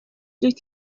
dwyt